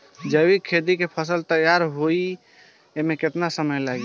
जैविक खेती के फसल तैयार होए मे केतना समय लागी?